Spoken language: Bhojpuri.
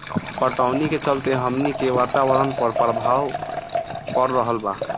पटवनी के चलते हमनी के वातावरण पर प्रभाव पड़ रहल बा